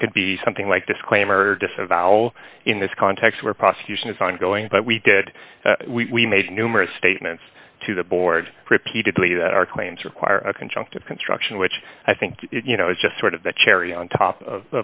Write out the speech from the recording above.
there could be something like disclaimer disavowal in this context where prosecution is ongoing but we did we made numerous statements to the board repeatedly that our claims require a conjunctive construction which i think you know is just sort of the cherry on top of